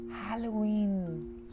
Halloween